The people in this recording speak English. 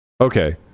Okay